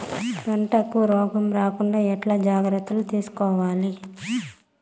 పంటకు రోగం రాకుండా ఎట్లా జాగ్రత్తలు తీసుకోవాలి?